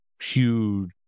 huge